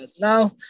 now